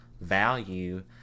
Value